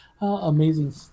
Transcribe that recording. amazing